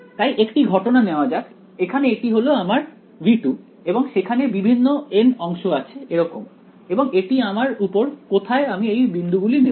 তাই একটি ঘটনা নেওয়া যাক এখানে এটি হলো আমার V2 এবং সেখানে বিভিন্ন n অংশ আছে এরকম এবং এটি আমার উপর কোথায় আমি এই বিন্দুগুলি নেব